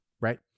right